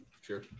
Sure